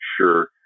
sure